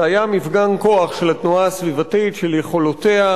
זה היה מפגן כוח של התנועה הסביבתית, של יכולותיה,